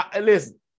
Listen